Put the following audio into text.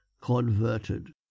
converted